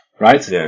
Right